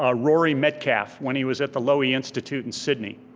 ah rory medcalf, when he was at the lowy institute in sydney.